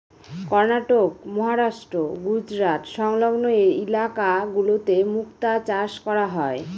কর্ণাটক, মহারাষ্ট্র, গুজরাট সংলগ্ন ইলাকা গুলোতে মুক্তা চাষ করা হয়